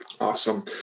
Awesome